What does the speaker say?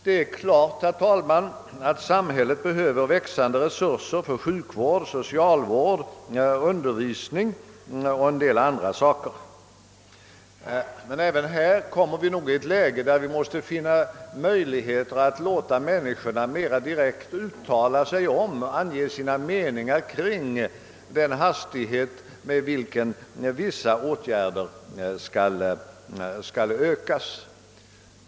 Det är klart, herr talman, att samhället behöver växande resurser för sjukvård, socialvård, undervisning och en del andra ting. Men även på några sådana områden kommer vi i Sverige nog i ett läge, där vi måste finna möjligheter att låta människorna mer direkt uttala sin uppfattning om den hastighet, med vilken vissa åtgärder bör vidtas.